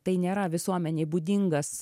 tai nėra visuomenei būdingas